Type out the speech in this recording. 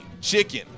chicken